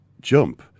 jump